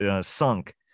sunk